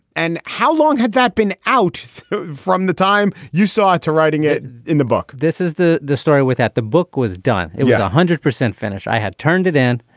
and how long had that been out from the time you saw it to writing it in the book this is the the story with that the book was done. it was one hundred percent finished. i had turned it in.